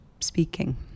speaking